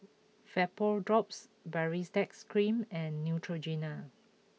VapoDrops Baritex Cream and Neutrogena